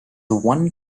one